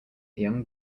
young